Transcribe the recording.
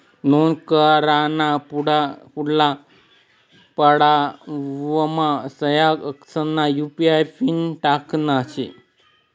नोंद कराना पुढला पडावमा सहा अंकसना यु.पी.आय पिन टाकना शे